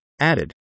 added